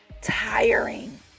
tiring